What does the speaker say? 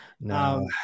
No